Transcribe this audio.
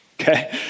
okay